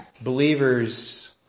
believers